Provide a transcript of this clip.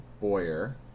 Boyer